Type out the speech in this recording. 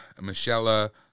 Michelle